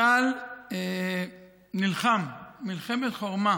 צה"ל נלחם מלחמת חורמה